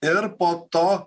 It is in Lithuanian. ir po to